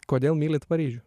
kodėl mylit paryžių